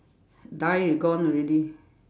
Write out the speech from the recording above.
die you gone already